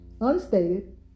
unstated